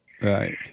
Right